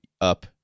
Up